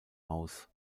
aus